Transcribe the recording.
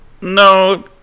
no